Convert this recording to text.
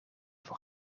voor